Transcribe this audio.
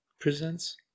presents